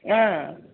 अँ